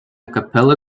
capella